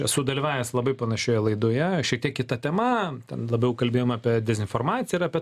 esu dalyvavęs labai panašioje laidoje šiek tiek kita tema ten labiau kalbėjom apie dezinformaciją ir apie